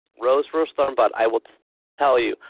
rose, rose, thorn, bud, i will tell you,